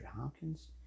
Hopkins